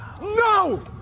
No